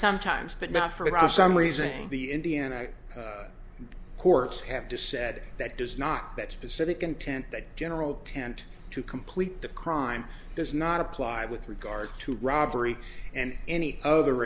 sometimes but not for all some raising the indiana courts have to said that does not that specific intent that general tend to complete the crime does not apply with regard to robbery and any other